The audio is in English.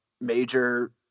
major